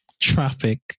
traffic